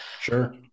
Sure